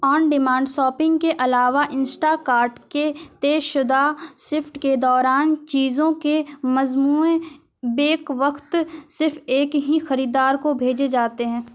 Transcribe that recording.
آن demand shopping کے علاوہ Instacart کے طے شدہ شفٹ کے دوران چیزوں کے مجموعے بیک وقت صرف ایک ہی خریدار کو بھیجے جاتے ہیں